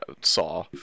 saw